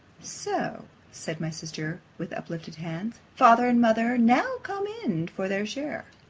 so said my sister, with uplifted hands father and mother now come in for their share!